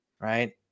Right